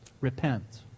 Repent